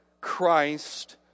Christ